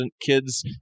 kids